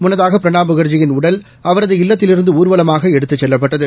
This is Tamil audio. முன்னதாக பிரணாப் முகாஜியின் உடல் அவரது இல்லத்திலிருந்து ஊர்வலமாக எடுத்துச் செல்லப்பட்டது